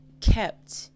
kept